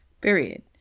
Period